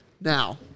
Now